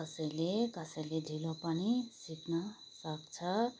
कसैले कसैले ढिलो पनि सिक्न सक्छ